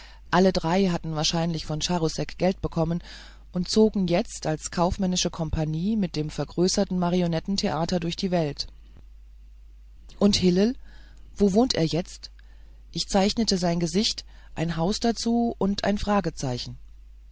alle drei hatten wahrscheinlich von charousek geld bekommen und zogen jetzt als kaufmännische kompagnie mit dem vergrößerten marionettentheater durch die welt und hillel wo wohnt er jetzt ich zeichnete sein gesicht ein haus dazu und ein fragezeichen